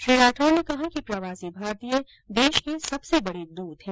श्री राठौड़ ने कहा कि प्रवासी भारतीय देश के सबसे बड़े दूत हैं